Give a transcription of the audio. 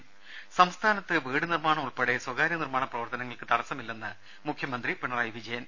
ത സംസ്ഥാനത്ത് വീട് നിർമ്മാണം ഉൾപ്പെടെ സ്വകാര്യ നിർമ്മാണ പ്രവർത്തനങ്ങൾക്ക് തടസ്സമില്ലെന്ന് മുഖ്യമന്ത്രി പിണറായി വിജയൻ